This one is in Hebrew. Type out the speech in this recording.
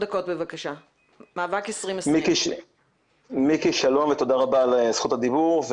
שלום ותודה רבה על זכות הדיבור.